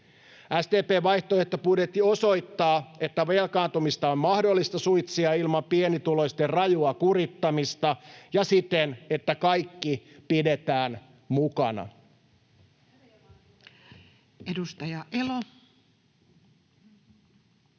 SDP:n vaihtoehtobudjetti osoittaa, että velkaantumista on mahdollista suitsia ilman pienituloisten rajua kurittamista ja siten, että kaikki pidetään mukana.